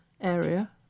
area